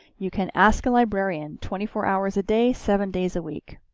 you can ask a librarian twenty four hours a day, seven days a week.